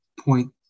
point